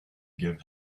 give